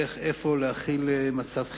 איך ואיפה להחיל מצב חירום.